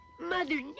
Mother